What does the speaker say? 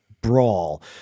brawl